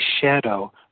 shadow